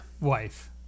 wife